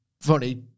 funny